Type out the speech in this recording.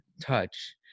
touch